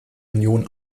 union